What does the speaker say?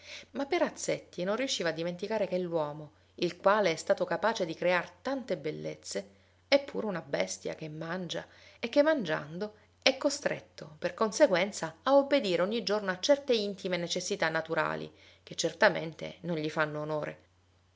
ma perazzetti non riusciva a dimenticare che l'uomo il quale è stato capace di crear tante bellezze è pure una bestia che mangia e che mangiando è costretto per conseguenza a obbedire ogni giorno a certe intime necessità naturali che certamente non gli fanno onore